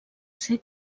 ser